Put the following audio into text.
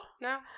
no